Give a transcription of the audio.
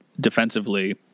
Defensively